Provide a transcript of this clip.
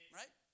right